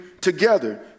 together